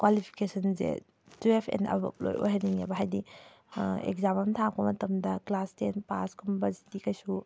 ꯀ꯭ꯋꯥꯂꯤꯐꯤꯀꯦꯁꯟꯁꯦ twelve and above ꯂꯣꯏ ꯑꯣꯏꯍꯟꯅꯤꯡꯉꯦꯕ ꯍꯥꯏꯗꯤ ꯑꯦꯛꯖꯥꯝ ꯑꯝ ꯊꯥꯔꯛꯄ ꯃꯇꯝꯗ ꯀ꯭ꯂꯥꯁ ꯇꯦꯟ ꯄꯥꯁꯀꯨꯝꯕꯁꯤꯗꯤ ꯀꯩꯁꯨ